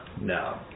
No